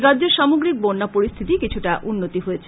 রাজ্যের সামগ্রিক বন্যা পরিস্থিতি কিছুটা উন্নতি হয়েছে